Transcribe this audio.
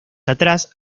atrás